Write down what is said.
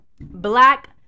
black